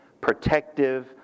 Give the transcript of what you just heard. protective